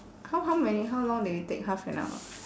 how how many how long did we take half an hour